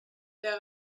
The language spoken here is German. der